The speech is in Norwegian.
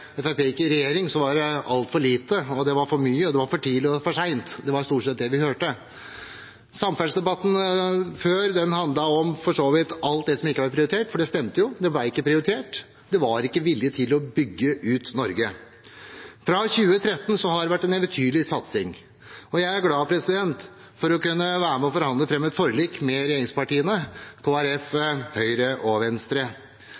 var ikke disse debattene like interessante. De var interessante i den forstand at det var altfor lite. Som Arbeiderpartiet sa da Fremskrittspartiet gikk i regjering: Det var altfor lite, og det var for mye, for tidlig og for sent. Det var stort sett det vi hørte. Samferdselsdebattene før handlet for så vidt om alt som ikke var blitt prioritert, for det stemte jo – det ble ikke prioritert, det var ikke vilje til å bygge ut Norge. Fra 2013 har det vært en eventyrlig satsing, og jeg er glad for å kunne være med og forhandle fram et